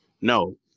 No